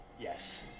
Yes